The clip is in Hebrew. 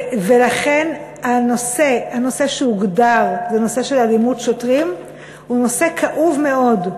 לכן הנושא שהוגדר "אלימות שוטרים" הוא נושא כאוב מאוד.